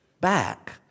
back